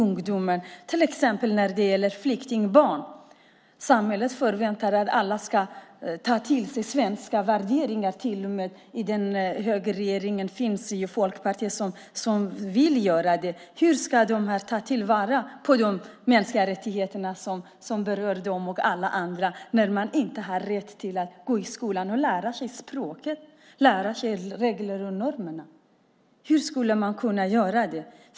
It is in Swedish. När det till exempel gäller flyktingbarn förväntar sig samhället att alla ska ta till sig svenska värderingar. I högerregeringen finns Folkpartiet som vill det. Hur ska de kunna tillgodogöra sig de mänskliga rättigheterna som berör dem och alla andra när de inte har rätt att gå i skolan och lära sig språket, regler och normer? Hur ska man kunna göra det?